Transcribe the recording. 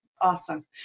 Awesome